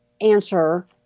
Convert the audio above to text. answer